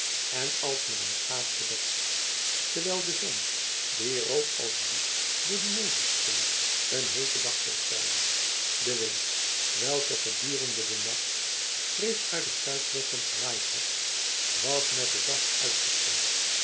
en als met een gaas bedekt terwijl de zon die rood als bloed door dien nevel scheen een heeten dag voorspelde de wind welke gedurende den nacht frisch uit het zuidwesten gewaaid had was met den dag uitgeschoten